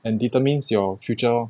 and determines your future lor